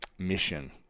mission